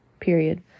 period